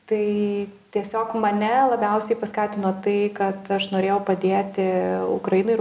tai tiesiog mane labiausiai paskatino tai kad aš norėjau padėti ukrainai ir